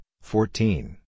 fourteen